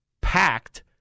packed